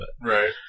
Right